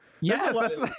Yes